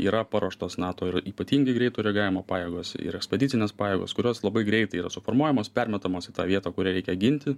yra paruoštos nato ir ypatingai greito reagavimo pajėgos ir ekspedicinės pajėgos kurios labai greitai yra suformuojamos permetamos į tą vietą kurią reikia ginti